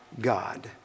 God